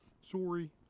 Sorry